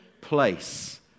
place